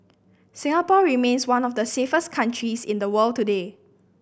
Singapore remains one of the safest countries in the world today